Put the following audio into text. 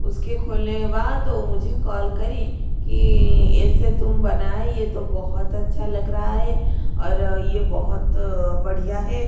उसके खोलने के बाद वो मुझे काॅल करी कि ऐसे तुम बनाए ये तो बहुत अच्छा लग रहा है और ये बहुत बढ़िया है